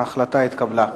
ההחלטה התקבלה.